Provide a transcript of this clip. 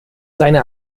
seine